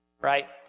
Right